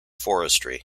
forestry